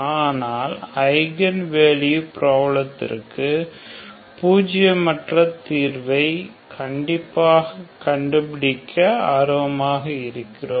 ஆனால் eigenvalue பிராப்ளதிர்க்கு பூஜ்ஜியமற்ற தீர்வை கண்டிப்பாக கண்டுபிடிக்க ஆர்வமாக இருக்கிறீர்கள்